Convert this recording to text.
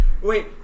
Wait